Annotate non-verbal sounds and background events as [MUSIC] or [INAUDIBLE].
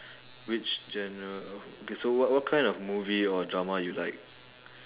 which genre [NOISE] okay so what what kind of movie or drama you like